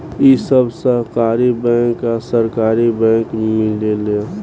इ सब सहकारी बैंक आ सरकारी बैंक मिलेला